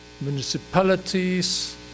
municipalities